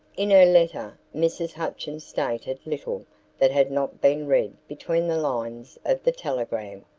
in her letter mrs. hutchins stated little that had not been read between the lines of the telegram,